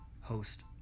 host